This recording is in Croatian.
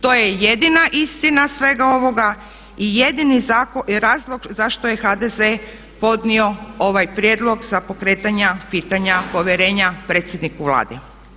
To je jedina istina svega ovoga i jedini razlog zašto je HDZ podnio ovaj prijedlog za pokretanje pitanja povjerenja predsjedniku Vlade.